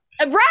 Right